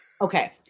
Okay